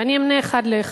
ואני אמנה אחד לאחד.